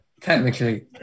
Technically